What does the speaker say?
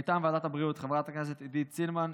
מטעם ועדת הבריאות: חברת הכנסת עידית סילמן,